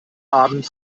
abend